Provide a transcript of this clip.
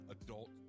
adult